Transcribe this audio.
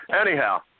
Anyhow